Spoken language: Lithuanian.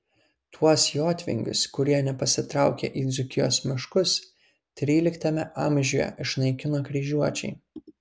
tuos jotvingius kurie nepasitraukė į dzūkijos miškus tryliktame amžiuje išnaikino kryžiuočiai